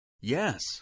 Yes